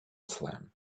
slam